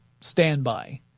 standby